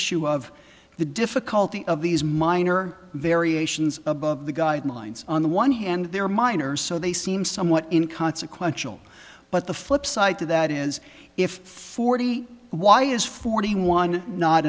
issue of the difficulty of these minor variations above the guidelines on the one hand they're minor so they seem somewhat in consequential but the flipside to that is if forty why is forty one